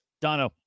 Dono